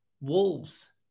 Wolves